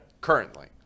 currently